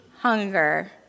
hunger